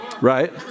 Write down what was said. right